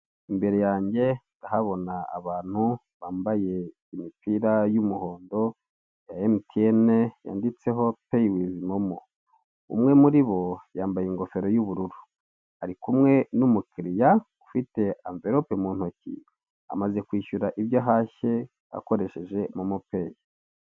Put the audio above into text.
Imbere yange ndahabona abantu bambaye imipira y'umuhondo ya MTN yanditseho pay with MoMo. Umwe muri bo, yambaye ingorefo y'ubururu. Ari kumwe n'umukiriya ufite anvelope mu ntoki, amaze kwishyura ibyo ahashye, akoresheje Momo pay.